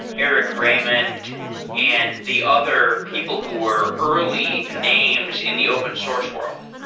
eric raymond and the other people who were early names in the open source world.